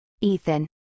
Ethan